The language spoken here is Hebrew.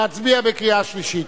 להצביע בקריאה שלישית?